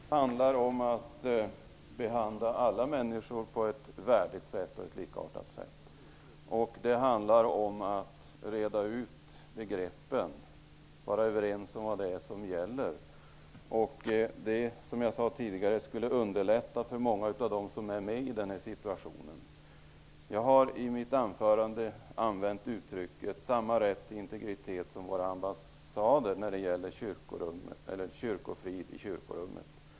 Herr talman! Det handlar om att behandla alla människor på ett värdigt och likartat sätt. Det handlar om att reda ut begreppen och att vara överens om vad det är som gäller. Som jag sade tidigare, skulle det underlätta för många av dem som är i den här situationen. Jag sade i mitt anförande att samma rätt till integritet som våra ambassader har skall gälla för kyrkofrid i kyrkorummet.